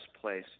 place